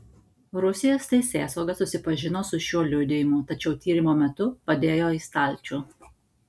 rusijos teisėsauga susipažino su šiuo liudijimu tačiau tyrimo metu padėjo į stalčių